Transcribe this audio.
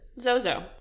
Zozo